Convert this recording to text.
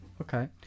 Okay